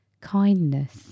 kindness